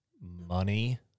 money